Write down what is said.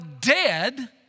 dead